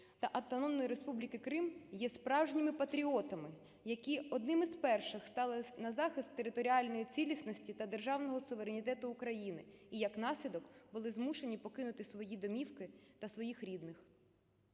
та Автономної Республіки Крим є справжніми патріотами, які одні з перших стали на захист територіальної цілісності та державного суверенітету України, і як наслідок, були змушені покинути свої домівки та своїх рідних.